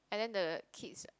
and then the kids